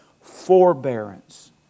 forbearance